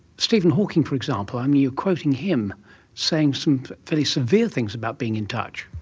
stephen hawking, for example, um you are quoting him saying some fairly severe things about being in touch.